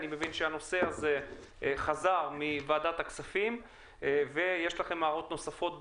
אני מבין שהנושא הזה חזר מוועדת הכספים ויש לכם הערות נוספות בעניין,